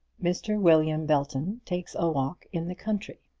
mr. william belton takes a walk in the country.